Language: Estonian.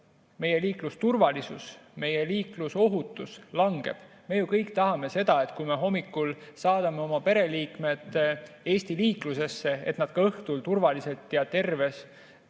meie liiklusturvalisus, meie liiklusohutus langeb. Me ju kõik tahame seda, et kui me hommikul saadame oma pereliikmed Eesti liiklusesse, et nad siis õhtul turvaliselt, ja kahjuks peab